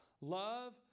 love